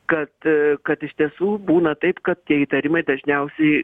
kad kad iš tiesų būna taip kad tie įtarimai dažniausiai